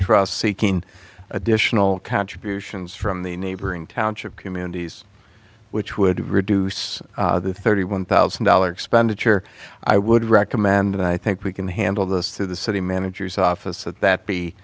trust seeking additional contributions from the neighboring township communities which would reduce the thirty one thousand dollars expenditure i would recommend that i think we can handle this through the city manager's office that that be